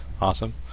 Awesome